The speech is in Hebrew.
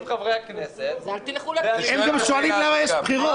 חברי הכנסת --- הם שואלים גם למה יש בחירות.